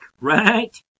right